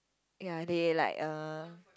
ya they like uh